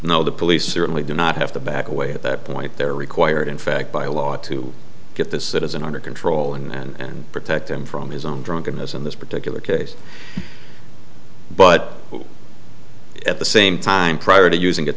know the police certainly do not have to back away at that point they're required in fact by law to get this citizen under control and protect him from his own drunkenness in this particular case but at the same time prior to using a